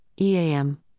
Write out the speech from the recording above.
EAM